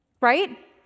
right